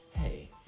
hey